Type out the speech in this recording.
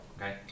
okay